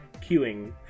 queuing